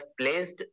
placed